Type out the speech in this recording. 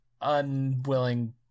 unwilling